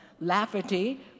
Lafferty